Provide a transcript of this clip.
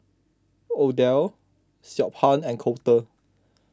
Odell Siobhan and Colter